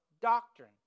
doctrine